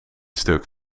stuk